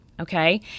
Okay